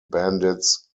bandits